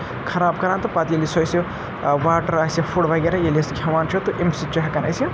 خراب کَران تہٕ پَتہٕ ییٚلہِ سُہ اَسہِ یہِ واٹَر آسہِ فُڈ وغیرہ ییٚلہِ أسۍ کھٮ۪وان چھُ تہٕ اَمہِ سۭتۍ چھِ ہٮ۪کان اَسہِ یہِ